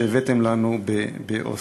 שהבאתם לנו באוסלו.